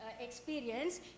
experience